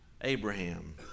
Abraham